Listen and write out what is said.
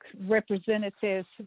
representatives